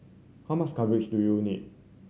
how much coverage do you need